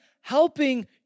helping